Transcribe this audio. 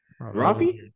Rafi